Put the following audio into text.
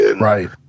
Right